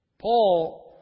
Paul